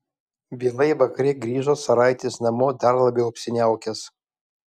vėlai vakare grįžo caraitis namo dar labiau apsiniaukęs